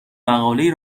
مقالهای